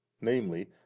namely